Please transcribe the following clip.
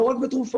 זה לא רק בתרופות,